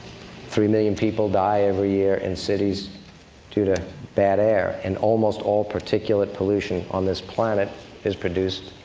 three million people die every year in cities due to bad air, and almost all particulate pollution on this planet is produced